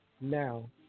now